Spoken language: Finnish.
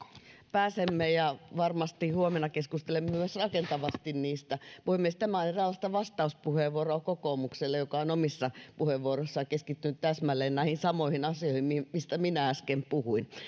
pääsemme ja varmasti huomenna keskustelemme myös rakentavasti niistä puhemies tämä oli tällaista vastauspuheenvuoroa kokoomukselle joka on omissa puheenvuoroissaan keskittynyt täsmälleen näihin samoihin asioihin mistä minä äsken puhuin